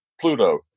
Pluto